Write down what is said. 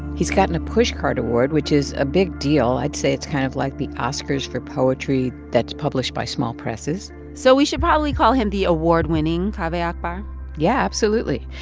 he's gotten a pushcart award, which is a big deal i'd say it's kind of like the oscars for poetry that's published by small presses so we should probably call him the award-winning kaveh akbar yeah, absolutely.